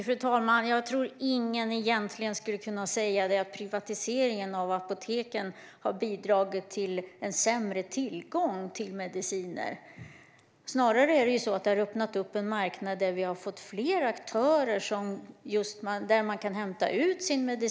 Fru talman! Jag tror egentligen inte att någon skulle kunna säga att privatiseringen av apoteken har bidragit till en sämre tillgång till mediciner. Den har snarare öppnat en marknad där vi har fått fler aktörer där man just kan hämta ut sin medicin.